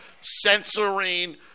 censoring